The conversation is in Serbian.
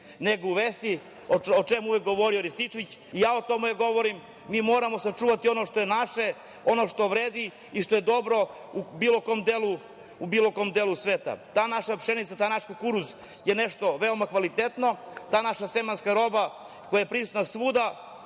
nego uvesti, o čemu je govorio Rističević i ja o tome govorim. Mi moramo sačuvati ono što je naše, ono što vredi i što je dobro u bilo kom delu sveta. Ta naša pšenica, taj naš kukuruz je nešto veoma kvalitetno, ta naša semenska roba koja je prisutna svuda